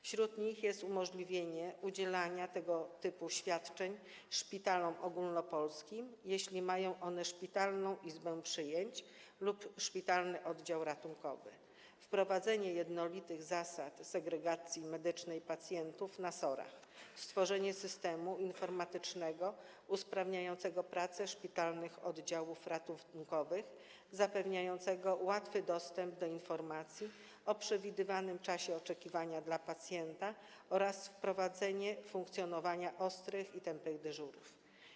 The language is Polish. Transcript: Wśród nich jest umożliwienie udzielania tego typu świadczeń szpitalom ogólnopolskim, jeśli mają one szpitalną izbę przyjęć lub szpitalny oddział ratunkowy, wprowadzenie jednolitych zasad segregacji medycznej pacjentów na SOR-ach, stworzenie systemu informatycznego usprawniającego pracę szpitalnych oddziałów ratunkowych, zapewniającego łatwy dostęp do informacji o przewidywanym czasie oczekiwania dla pacjenta, a także wprowadzenie funkcjonowania ostrych i tępych dyżurów.